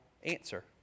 Answer